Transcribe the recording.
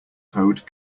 code